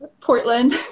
portland